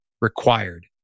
required